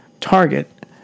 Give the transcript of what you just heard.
target